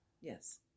Yes